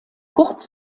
kurz